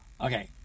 Okay